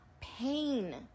pain